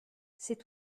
c’est